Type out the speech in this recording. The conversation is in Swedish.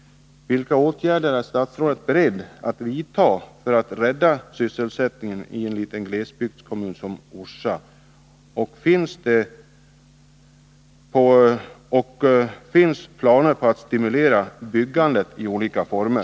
Vilka åtgärder är statsrådet beredd att vidta för att rädda sysselsättningen i en liten glesbygdskommun som Orsa? Finns det planer på att stimulera byggandet i olika former?